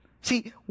See